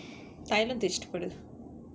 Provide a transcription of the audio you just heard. தைலம் தேச்சுட்டு படு:thailam thechuttu padu